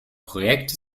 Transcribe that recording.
projekt